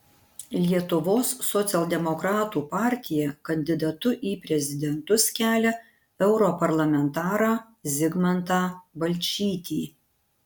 lietuvos socialdemokratų partija kandidatu į prezidentus kelia europarlamentarą zigmantą balčytį